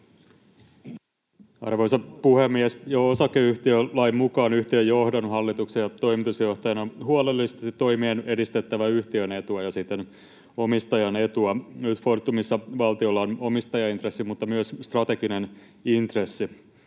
Arvoisa puhemies! Jo osakeyhtiölain mukaan yhtiön johdon, hallituksen ja toimitusjohtajan on huolellisesti toimien edistettävä yhtiön etua ja siten omistajan etua. Nyt Fortumissa valtiolla on omistajaintressi mutta myös strateginen intressi.